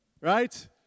right